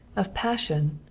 of passion,